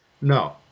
No